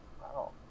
Wow